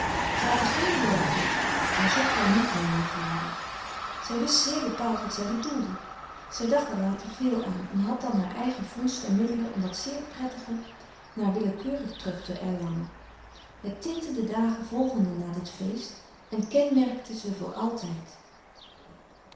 had er geen woorden voor maar zocht er niet naar met woorden zij wist zeer bepaald wat zij bedoelde zij dacht er later veel aan en had dan haar eigen vondsten en middelen om dat zeer prettige naar willekeur terug te erlangen het tintte de dagen volgende na dit feest en kenmerkte ze voor altijd